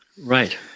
Right